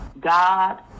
God